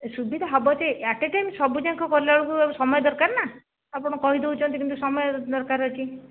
ଏ ସୁବିଧା ହେବ ଯେ ଆଟେ ଟାଇମ୍ ସବୁଯାକ କଲାବେଳକୁ ଆଉ ସମୟ ଦରକାର ନା ଆପଣ କହିଦେଉଛନ୍ତି କିନ୍ତୁ ସମୟ ଦରକାର ଅଛି